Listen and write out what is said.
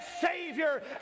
savior